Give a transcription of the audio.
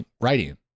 writing